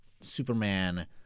Superman